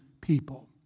people